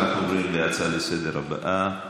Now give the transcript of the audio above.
ואנחנו עוברים להצעה לסדר-היום הבאה.